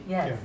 Yes